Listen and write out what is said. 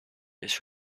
this